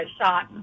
shot